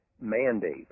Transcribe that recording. mandate